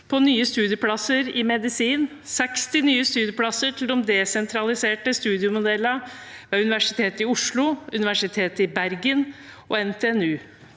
på nye studieplasser i medisin: 60 nye studieplasser til de desentraliserte studiemodellene ved Universitetet i Oslo, Universitetet i Bergen og NTNU.